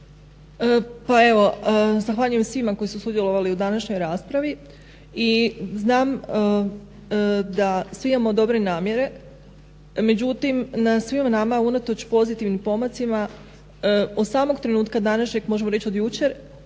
Pa evo zahvaljujem svima koji su sudjelovali u današnjoj raspravi i znam da svi imamo dobre namjere. Međutim na svima nama unatoč pozitivnim pomacima od samog trenutka današnjeg, možemo reći od jučer